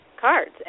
cards